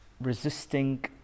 resisting